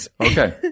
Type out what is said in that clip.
Okay